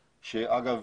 שאגב,